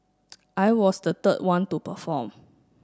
I was the third one to perform